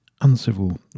uncivil